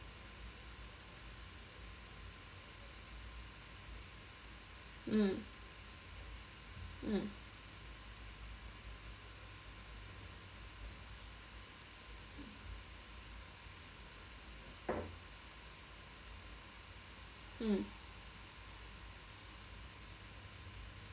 mm mm mm